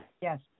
Yes